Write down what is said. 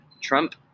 Trump